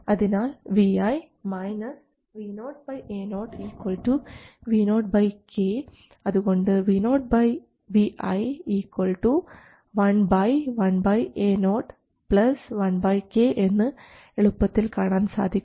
അതിനാൽ Vi Vo Ao Vo k അതുകൊണ്ട് Vo Vi 1 1 Ao 1 k എന്ന് എളുപ്പത്തിൽ കാണാൻ സാധിക്കും